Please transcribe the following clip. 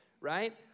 right